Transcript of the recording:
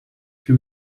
too